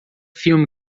filme